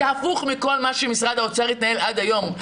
זה הפוך מכל מה שמשרד האוצר התנהל עד היום.